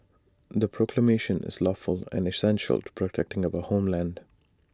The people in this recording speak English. the proclamation is lawful and essential to protecting our homeland